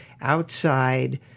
outside